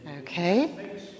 Okay